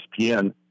ESPN